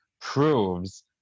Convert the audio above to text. proves